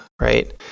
right